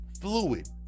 fluid